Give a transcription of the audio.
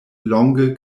longa